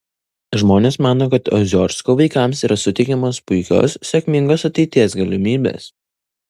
žmonės mano kad oziorsko vaikams yra suteikiamos puikios sėkmingos ateities galimybės